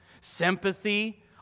sympathy